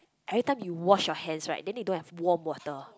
everytime you wash your hands right then they don't have warm water